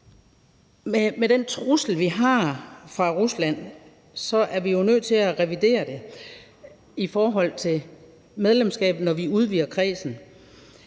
med den trussel fra Rusland, vi har, er vi jo nødt til at revidere det i forhold til medlemskab, når vi udvider kredsen.